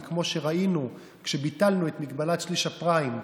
כי כמו שראינו כשביטלנו את מגבלת שליש הפריים,